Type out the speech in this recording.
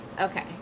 Okay